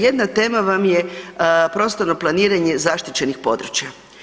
Jedna tema vam je prostorno planiranje zaštićenih područja.